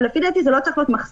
אבל לדעתי זה לא צריך להיות מחסום.